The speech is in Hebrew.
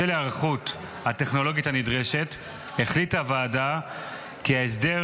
בשל ההיערכות הטכנולוגית הנדרשת החליטה הוועדה כי ההסדר